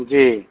जी